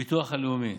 הביטוח הלאומי,